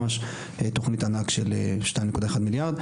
ממש תכנית ענק של שניים נקודה אחד מיליארד.